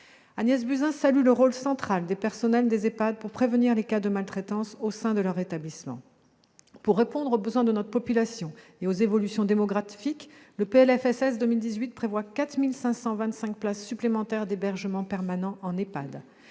Agnès Buzyn salue le rôle central joué par les personnels des EHPAD pour prévenir les cas de maltraitance au sein de leurs établissements. Pour répondre aux besoins de notre population et aux évolutions démographiques, le PLFSS pour 2018 prévoit 4 525 places supplémentaires d'hébergement permanent en EHPAD.